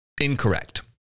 incorrect